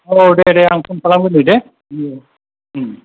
औ दे दे आं फन खालाम गोरनि दे